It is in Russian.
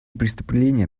преступления